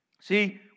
See